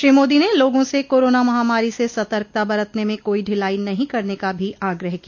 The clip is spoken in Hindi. श्री मोदी ने लोगों से कोरोना महामारी से सतर्कता बरतने में कोई ढिलाई नहीं करने का भी आग्रह किया